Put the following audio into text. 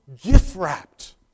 gift-wrapped